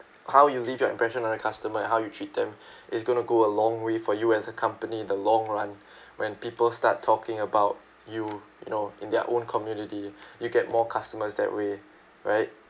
how you leave your impression on a customer how you treat them is gonna go a long way for you as a company in the long run when people start talking about you you know in their own community you get more customers that way right